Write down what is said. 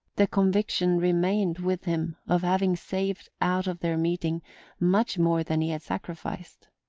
the conviction remained with him of having saved out of their meeting much more than he had sacrificed.